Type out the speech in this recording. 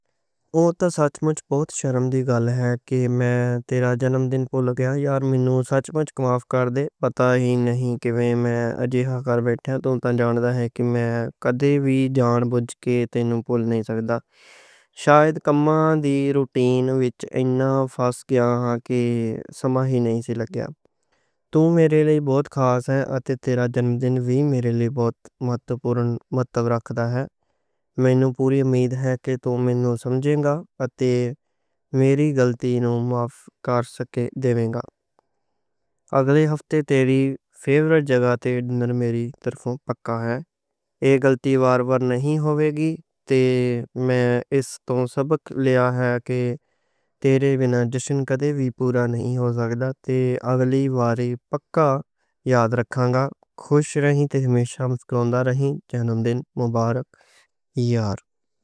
اوہ تاں سچ مچ بہت شرمندگی دی گل ہے کہ میں تیرا جنم دن بھُل گیا یار۔ منوں سچ مچ معاف کر دے، پتہ ہی نہیں لگا کہ میں کم دی روٹین وچ فس گیا ہاں۔ سماں ہی نہیں سی تے تُو میرے لئی بہت خاص ہے، تے تیرا جنم دن وی میرے لئی بہت اہمیت رکھدا ہے۔ مینوں پوری امید ہے کہ تُو مینوں سمجھے گا تے میری غلطی نوں معاف کرے گا۔ اگلے ہفتے تیری فیورٹ جگہ تے ڈنر میری طرفوں پکا ہے۔ ایہ گلتی وار وار نہیں ہووے گی، میں اس توں سبق لیا ہے۔ تیرے بنا جشن کدے وی پورا نہیں ہو جاوے گا تے اگلی واری پکا یاد رکھاں گا۔ خوش رہیں تے ہمیشہ مسکراؤ۔ جنم دن مبارک، یار۔